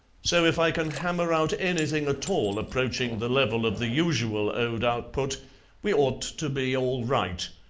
so if i can hammer out anything at all approaching the level of the usual ode output we ought to be all right.